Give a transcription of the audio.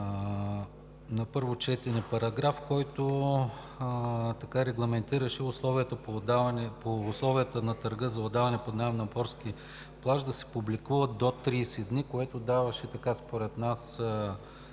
на първо четене параграф, който регламентираше условията на търга за отдаване под наем на морски плаж да се публикуват до 30 дни, което даваше според нас